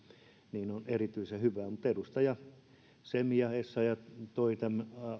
niin se on erityisen hyvä edustajat semi ja essayah toivat esille tämän